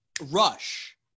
rush